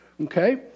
Okay